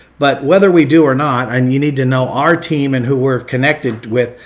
but whether we do or not, and you need to know our team and who we're connected with,